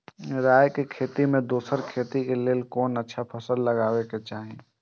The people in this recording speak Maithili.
राय के खेती मे दोसर खेती के लेल कोन अच्छा फसल लगवाक चाहिँ?